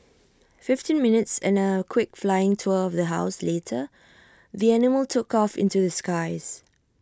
fifteen minutes and A quick flying tour of the house later the animal took off into the skies